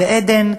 בעדן,